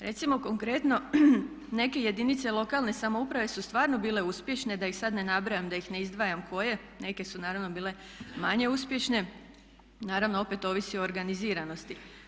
Recimo konkretno neke jedinice lokalne samouprave su stvarno bile uspješne da ih sada ne nabrajam, da ih ne izdvajam koje, neke su naravno bile manje uspješne, naravno opet ovisi o organiziranosti.